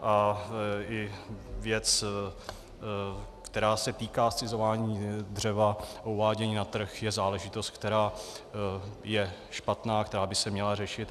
I věc, která se týká zcizování dřeva a uvádění na trh, je záležitost, která je špatná, která by se měla řešit.